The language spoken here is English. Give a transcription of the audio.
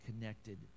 connected